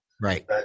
Right